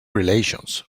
relations